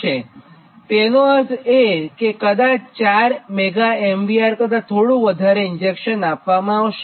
તેથી તેનો અર્થ એ કે કદાચ 4 Mega VAR કરતાં થોડું વધારે ઇંજેક્શન આપવામાં આવશે